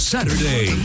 Saturday